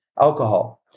alcohol